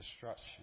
destruction